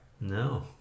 No